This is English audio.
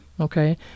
Okay